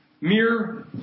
mere